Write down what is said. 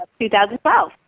2012